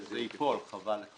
זה ייפול, חבל.